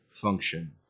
function